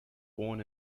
born